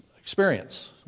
experience